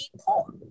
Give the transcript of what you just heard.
poor